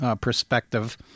perspective